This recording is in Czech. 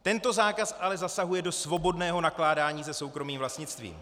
Tento zákaz ale zasahuje do svobodného nakládání se soukromým vlastnictvím.